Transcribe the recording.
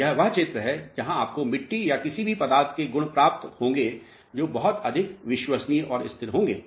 और यह वह क्षेत्र है जहां आपको मिट्टी या किसी भी पदार्थ के गुण प्राप्त होंगे जो बहुत अधिक विश्वसनीय और स्थिर होंगे